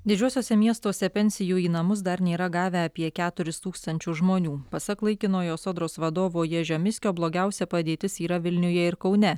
didžiuosiuose miestuose pensijų į namus dar nėra gavę apie keturis tūkstančius žmonių pasak laikinojo sodros vadovo ježio miskio blogiausia padėtis yra vilniuje ir kaune